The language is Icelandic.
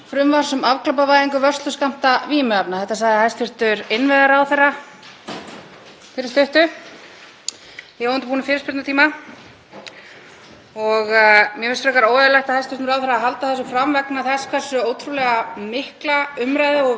Mér finnst frekar óeðlilegt af hæstv. ráðherra að halda þessu fram vegna þess hversu ótrúlega mikla umræðu og vinnu málið hefur fengið allt frá 2015 þegar það var sett fyrst á dagskrá hér. Ég vildi bara koma upp til þess að bera sakir af þinginu